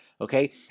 Okay